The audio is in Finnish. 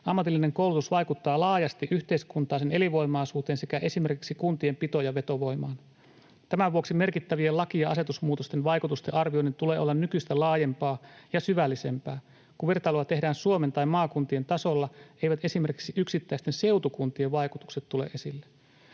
Ammatillinen koulutus vaikuttaa laajasti yhteiskuntaan, sen elinvoimaisuuteen sekä esimerkiksi kuntien pito- ja vetovoimaan. Tämän vuoksi merkittävien laki- ja asetusmuutosten vaikutusten arvioinnin tulee olla nykyistä laajempaa ja syvällisempää. Kun vertailua tehdään Suomen tai maakuntien tasolla, eivät esimerkiksi yksittäisten seutukuntien vaikutukset tule esille.